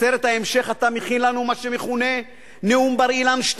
לסרט ההמשך אתה מכין לנו מה שמכונה "נאום בר-אילן 2"